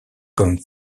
comme